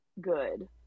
good